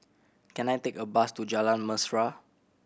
can I take a bus to Jalan Mesra